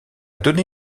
donné